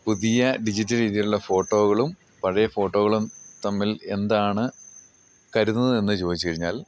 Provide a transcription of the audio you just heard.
പുതിയ ഡിജിറ്റൽ രീതിയിലുള്ള ഫോട്ടോകളും പഴയ ഫോട്ടോകളും തമ്മിൽ എന്താണ് കരുതുന്നത് എന്നു ചോദിച്ച് കഴിഞ്ഞാൽ